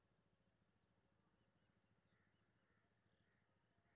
हम केना अपन बाँकी बिल देख सकब?